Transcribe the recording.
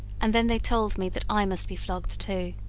and then they told me that i must be flogged too.